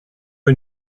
que